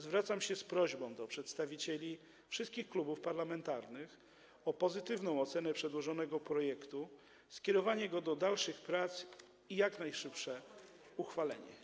Zwracam się z prośbą do przedstawicieli wszystkich klubów parlamentarnych o pozytywną ocenę przedłożonego projektu, skierowanie go do dalszych prac i jak najszybsze jego uchwalenie.